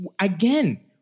again